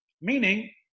Meaning